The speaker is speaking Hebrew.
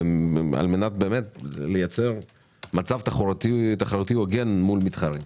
על מנת לייצר מצב תחרותי הוגן מול המתחרים.